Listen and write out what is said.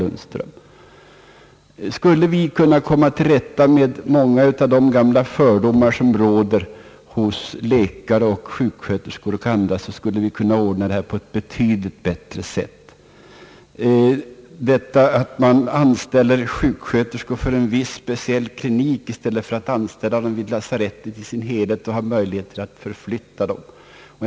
Om man kunde komma till rätta med de gamla fördomar som många gånger råder hos läkare, sjuksköterskor och andra, skulle svårigheterna kunna bemästras betydligt lättare. Jag kan nämna som exempel att om sjuksköterskor inte anställs för en viss speciell klinik, så som nu sker, utan vid lasarettet som helhet, så skulle det vara möjligt att göra tillfälliga omdisponeringar på ett helt annat sätt än som nu kan ske.